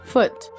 Foot